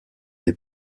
des